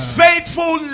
faithful